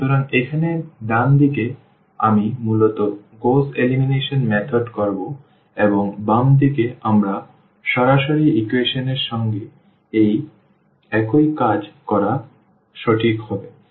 সুতরাং এখানে ডান দিক আমি মূলত গউস এলিমিনেশন পদ্ধতি করব এবং বাম দিকে আমরা সরাসরি ইকুয়েশন সঙ্গে একই কাজ করা হবে ঠিক কি আমরা করব